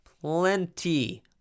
plenty